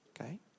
okay